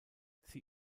sie